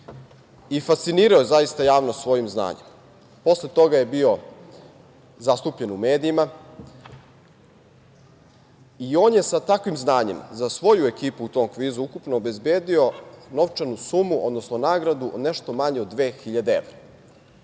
Fascinirao je, zaista, javnost svojim znanjem. Posle toga je bio zastupljen u medijima i on je sa takvim znanjem za svoju ekipu u tom kvizu ukupno obezbedio novčanu sumu, odnosno, nagradu nešto manje od 2.000 evra.